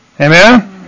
Amen